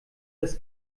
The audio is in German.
das